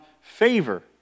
favor